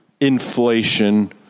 inflation